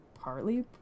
partly